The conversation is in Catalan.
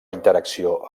interacció